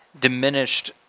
diminished